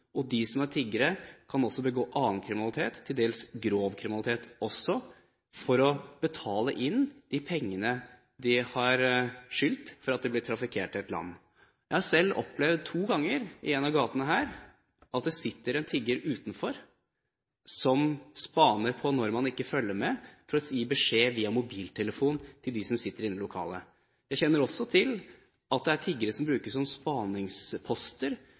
at de som er tiggere – det gjelder ikke alle, men det gjelder noen – også kan begå annen, til dels grov, kriminalitet for å betale tilbake pengene de skylder fordi de ble trafikert til et land. Jeg har selv to ganger i en av gatene her opplevd at det sitter en tigger utenfor og spaner på når man ikke følger med, for så å gi beskjed via mobiltelefon til dem som sitter inne i et lokale. Jeg kjenner også til at det er tiggere som brukes som